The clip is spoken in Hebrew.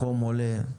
החום עולה.